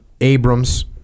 Abrams